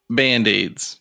band-aids